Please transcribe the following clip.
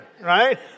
right